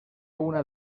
una